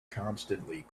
constantly